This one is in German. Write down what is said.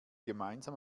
gemeinsam